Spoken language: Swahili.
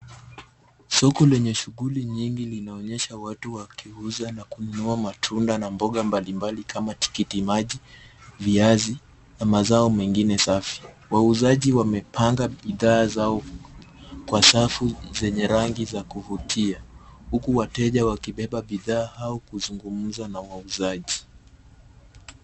Soko lenye shughuli nyingi linaonyesha watu wakiuza na kununua matunda na mboga mbalimbali kama tikiti maji, viazi na mazao mengine safi. Wauzaji wamepanga bidhaa zao kwa safu zenye rangi za kuvutia huku wateja wakibeba bidhaa au kuzungumza na wauzaji.